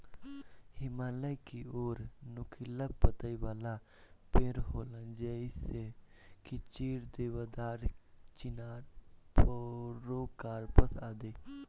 हिमालय की ओर नुकीला पतइ वाला पेड़ होला जइसे की चीड़, देवदार, चिनार, पोड़ोकार्पस आदि